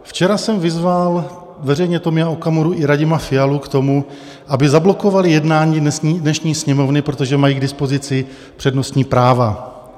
Včera jsem vyzval veřejně Tomia Okamuru i Radima Fialu k tomu, aby zablokovali jednání dnešní Sněmovny, protože mají k dispozici přednostní práva.